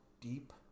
deep